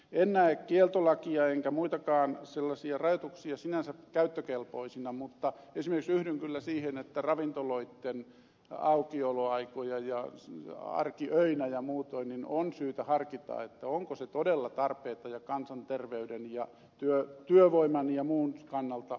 en näe kieltolakia enkä muitakaan sellaisia rajoituksia sinänsä käyttökelpoisina mutta yhdyn kyllä esimerkiksi siihen että ravintoloitten aukioloa arkiöinä ja muutoin öisin on syytä harkita onko se todella tarpeen ja kansanterveyden ja työvoiman ja muun kannalta viisasta ja perusteltua